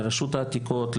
לרשות העתיקות,